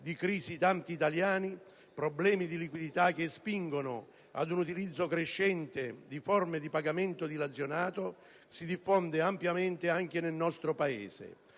di crisi tanti italiani ed i problemi di liquidità che spingono ad un utilizzo crescente di forme di pagamento dilazionato. È appena il caso di dire che nel nostro Paese